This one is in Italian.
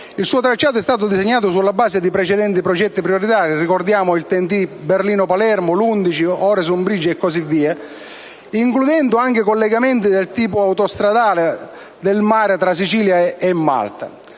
il suo tracciato è stato disegnato sulla base dei precedenti progetti prioritari - ricordiamo il TEN-T 1 (Berlino-Palermo), il TEN-T 11 (Øresund *bridge*) e così via - includendo anche collegamenti del tipo autostrade del mare tra la Sicilia e Malta.